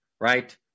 Right